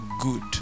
good